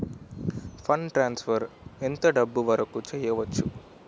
Fund transfer ఎంత డబ్బు వరుకు చేయవచ్చు?